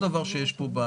דבר נוסף שאני